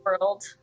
world